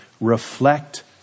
Reflect